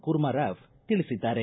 ಕೂರ್ಮಾ ರಾವ್ ತಿಳಿಸಿದ್ದಾರೆ